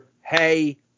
hey